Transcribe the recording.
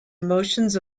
emotions